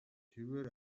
тэрбээр